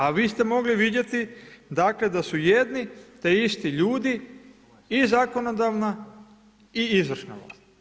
A vi ste mogli vidjeti da su jedni te isti ljudi i zakonodavna i izvršna vlast.